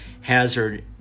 hazard